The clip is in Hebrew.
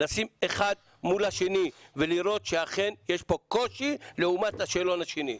לשים אחד מול השני ולראות שאכן יש פה קושי לעומת השאלון השני.